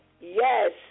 Yes